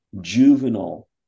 juvenile